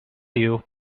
you